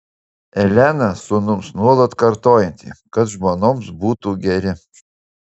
elena sūnums nuolat kartojanti kad žmonoms būtų geri